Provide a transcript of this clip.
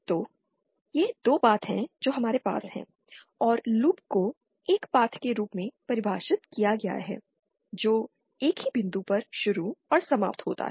तो ये 2 पाथ हैं जो हमारे पास हैं और लूप को एक पाथ के रूप में परिभाषित किया गया है जो एक ही बिंदु पर शुरू और समाप्त होता है